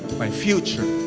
my future.